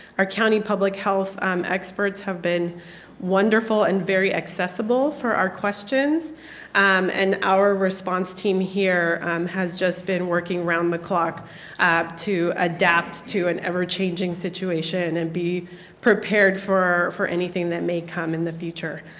our county public health experts have been wonderful and very accessible for our questions and our response team here has just been working round-the-clock to adapt to an ever-changing situation and be prepared for for anything that may come in the future.